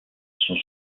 sont